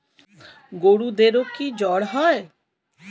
গরুদেরও কি জ্বর হয়?